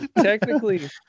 Technically